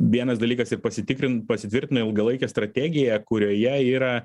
vienas dalykas ir pasitikrin pasitvirtino ilgalaikė strategija kurioje yra